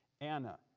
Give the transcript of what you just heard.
Anna